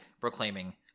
proclaiming